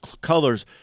colors